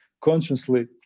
consciously